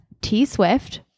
T-Swift